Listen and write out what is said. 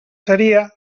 seria